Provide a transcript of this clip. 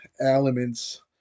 elements